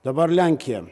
dabar lenkija